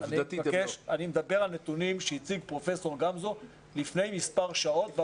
אני מדבר על נתונים שהציג פרופסור גמזו לפני מספר שעות.